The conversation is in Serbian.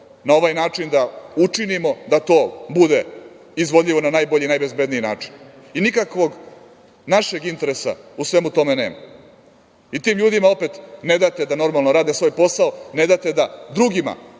na ovaj način da učinimo da to bude izvodljivo na najbolji i najbezbedniji način. Nikakvog našeg interesa u svemu tome nema. Tim ljudima opet ne dajete da normalno rade svoj posao, ne dajete da drugima